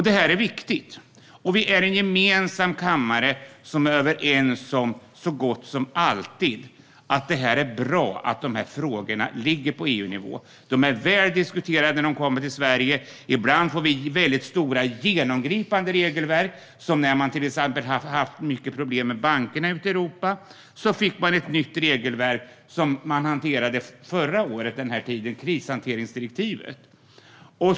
Detta är viktigt, och vi är här i kammaren så gott som alltid överens om att det är bra att dessa frågor ligger på EU-nivå. De är väl diskuterade när de kommer till Sverige. Ibland får vi väldigt stora, genomgripande regelverk. När man till exempel hade haft mycket problem med bankerna ute i Europa kom ett nytt regelverk som hanterades vid denna tid förra året: krishanteringsdirektivet.